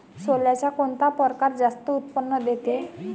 सोल्याचा कोनता परकार जास्त उत्पन्न देते?